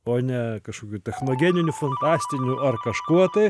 o ne kažkokiu technogeniniu fantastiniu ar kažkuo tai